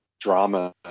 drama